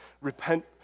repent